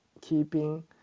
keeping